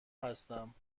هستم